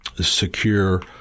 secure